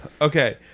Okay